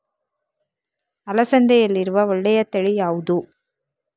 ಅಲಸಂದೆಯಲ್ಲಿರುವ ಒಳ್ಳೆಯ ತಳಿ ಯಾವ್ದು?